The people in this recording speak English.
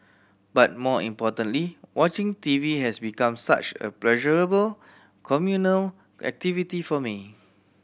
but more importantly watching T V has become such a pleasurable communal activity for me